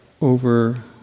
over